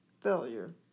failure